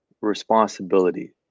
responsibility